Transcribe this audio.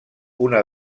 una